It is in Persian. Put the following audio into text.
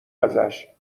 ازشاب